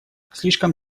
слишком